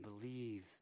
believe